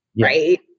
right